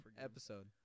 episode